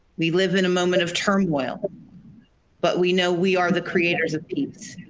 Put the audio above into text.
we live in a moment of turmoil but we know we are the creators of peace.